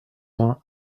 vingt